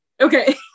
Okay